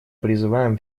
призываем